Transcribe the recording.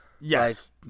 Yes